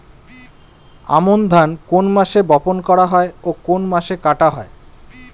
আমন ধান কোন মাসে বপন করা হয় ও কোন মাসে কাটা হয়?